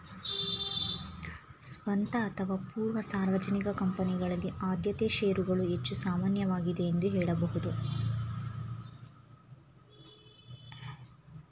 ಸ್ವಂತ ಅಥವಾ ಪೂರ್ವ ಸಾರ್ವಜನಿಕ ಕಂಪನಿಗಳಲ್ಲಿ ಆದ್ಯತೆ ಶೇರುಗಳು ಹೆಚ್ಚು ಸಾಮಾನ್ಯವಾಗಿದೆ ಎಂದು ಹೇಳಬಹುದು